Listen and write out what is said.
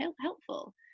helpful